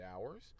Hours